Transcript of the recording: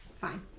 Fine